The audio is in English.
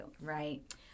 Right